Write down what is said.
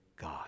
God